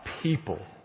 people